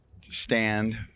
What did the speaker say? stand